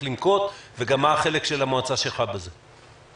לנקוט וגם מה החלק של המועצה שלך בזה.